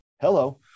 Hello